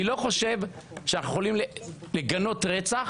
אני לא חושב שאנחנו יכולים לגנות רצח,